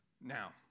Now